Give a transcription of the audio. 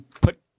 put